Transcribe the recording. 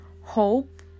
hope